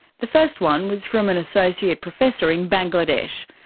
the first one was from an associate professor in bangladesh.